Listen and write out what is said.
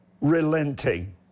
relenting